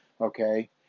okay